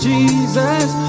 Jesus